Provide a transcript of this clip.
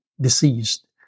deceased